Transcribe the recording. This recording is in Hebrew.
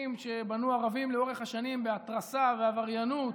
שבנו הערבים לאורך השנים בהתרסה ובעבריינות.